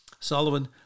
Sullivan